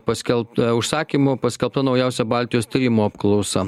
paskelbta užsakymu paskelbto naujausia baltijos tyrimų apklausa